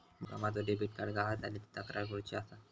माका माझो debit card गहाळ झाल्याची तक्रार करुची आसा